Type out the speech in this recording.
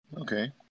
Okay